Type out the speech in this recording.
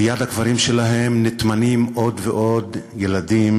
ליד הקברים שלהם נטמנים עוד ועוד ילדים,